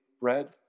bread